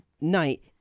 night